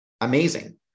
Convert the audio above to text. amazing